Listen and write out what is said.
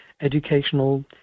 educational